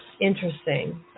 Interesting